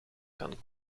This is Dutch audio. kan